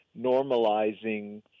normalizing